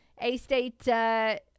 A-State